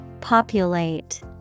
Populate